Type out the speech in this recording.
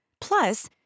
Plus